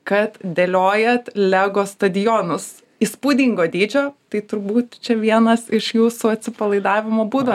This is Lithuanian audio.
kad dėliojat lego stadionus įspūdingo dydžio tai turbūt čia vienas iš jūsų atsipalaidavimo būdų